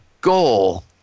goal